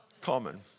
common